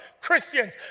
Christians